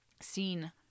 seen